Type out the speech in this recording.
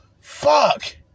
Fuck